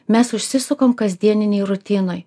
mes užsisukam kasdieninėj rutinoj